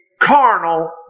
carnal